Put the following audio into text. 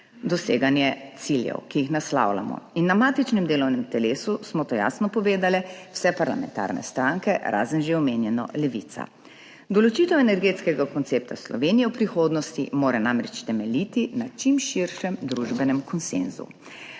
doseganje ciljev, ki jih naslavljamo. Na matičnem delovnem telesu smo to jasno povedale vse parlamentarne stranke, razen že omenjene Levice. Določitev energetskega koncepta Slovenije v prihodnosti mora namreč temeljiti na čim širšem družbenem konsenzu.